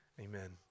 Amen